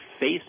face